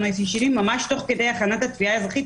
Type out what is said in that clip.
האישי שלי ממש תוך כדי הכנת התביעה האזרחית.